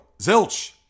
Zilch